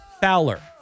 Fowler